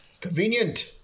Convenient